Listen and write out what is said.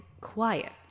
quiet